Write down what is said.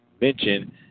mention